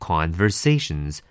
Conversations